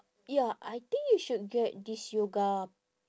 ya I think you should get this yoga